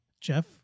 Jeff